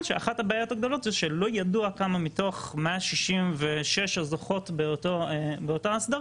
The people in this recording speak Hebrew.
שאחת הבעיות הגדולות זה שלא ידוע כמה מתוך 166 הזוכות באותה אסדרה